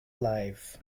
life